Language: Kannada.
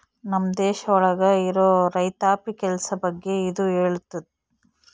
ನಮ್ ದೇಶ ಒಳಗ ಇರೋ ರೈತಾಪಿ ಕೆಲ್ಸ ಬಗ್ಗೆ ಇದು ಹೇಳುತ್ತೆ